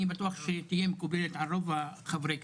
אני בטוח שתהיה מקובלת על רוב חברי הכנסת,